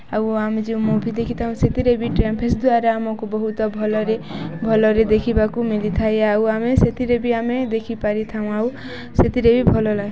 ଆଉ ଆମେ ଯେଉଁ ମୁଭି ଦେଖିଥାଉ ସେଥିରେ ବି ଦ୍ୱାରା ଆମକୁ ବହୁତ ଭଲରେ ଭଲରେ ଦେଖିବାକୁ ମିଲିଥାଏ ଆଉ ଆମେ ସେଥିରେ ବି ଆମେ ଦେଖିପାରିଥାଉ ଆଉ ସେଥିରେ ବି ଭଲ ଲାଗେ